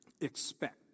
expect